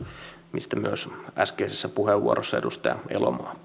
mistä myös äskeisessä puheenvuorossa edustaja elomaa